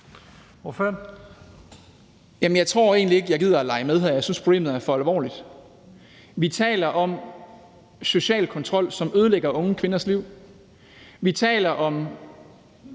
Jeg tror egentlig ikke, jeg gider at lege med her. Jeg synes, problemet er for alvorligt. Vi taler om social kontrol, som ødelægger unge kvinders liv. Vi taler om